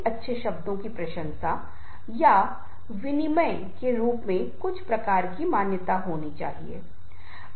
कुछ लोग नाम और प्रसिद्धि पाने के लिए प्रेरित हो सकते हैं